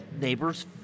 neighbors